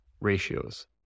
ratios